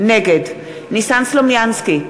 נגד ניסן סלומינסקי,